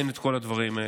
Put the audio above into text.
אין את כל הדברים האלה.